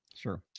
Sure